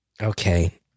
okay